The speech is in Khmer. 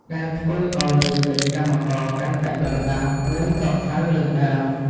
ដែលធ្វើឱ្យជីវិតកម្មករកាន់តែដុនដាប និងសោកសៅលើសដើម។